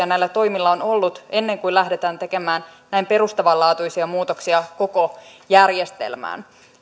näillä toimilla on ollut ennen kuin lähdetään tekemään näin perustavanlaatuisia muutoksia koko järjestelmään